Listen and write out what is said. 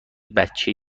بچه